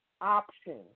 option